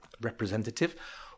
representative